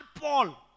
Paul